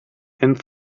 and